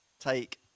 Take